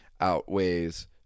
outweighs